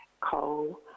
coal